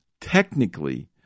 technically